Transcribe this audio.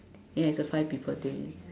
you know it's a five people thing